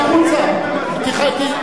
את כועסת?